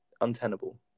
untenable